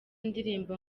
ndirimbo